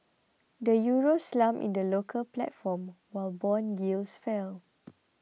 the Euro slumped in the local platform while bond yields fell